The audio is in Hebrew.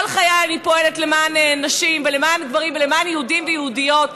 כל חיי אני פועלת למען נשים ולמען גברים ולמען יהודים ויהודיות.